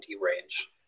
range